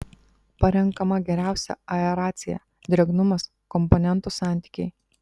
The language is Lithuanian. parenkama geriausia aeracija drėgnumas komponentų santykiai